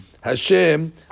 Hashem